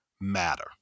Matter